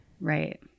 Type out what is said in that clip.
Right